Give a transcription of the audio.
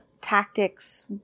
tactics